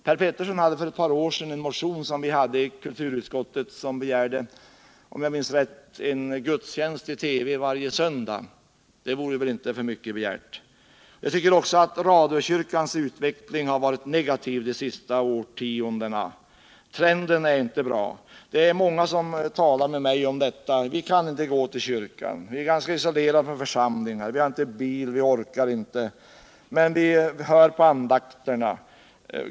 Per Petersson väckte för ett par år sedan en motion som vi behandlade i kulturutskottet, där han om jag minns rätt begärde att det skulle var en gudstjänst i TV varje söndag. Det vore inte för mycket begärt. Jag tycker också att radiokyrkans utveckling har varit negativ de senaste årtiondena. Trenden är inte bra. Många talar med mig om detta och säger: Vi kan inte gå till kyrkan. Vi är ganska isolerade från församlingen. Vi har inte bil, vi orkar inte. Men vi hör på radioandakterna.